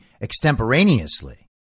extemporaneously